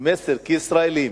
מסר כישראלים,